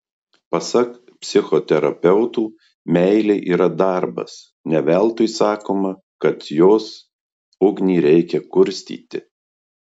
pasak psichoterapeutų meilė yra darbas ne veltui sakoma kad jos ugnį reikia kurstyti